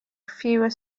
fewer